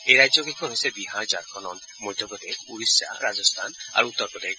এই ৰাজ্যকেইখন হৈছে বিহাৰ ঝাৰখণ্ড মধ্যপ্ৰদেশ ওড়িশা ৰাজস্থান আৰু উত্তৰ প্ৰদেশ